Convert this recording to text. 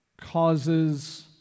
causes